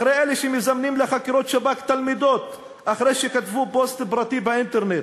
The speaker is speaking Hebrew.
אחרי אלה שמזמנים לחקירות שב"כ תלמידות אחרי שכתבו פוסט פרטי באינטרנט,